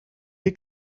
dir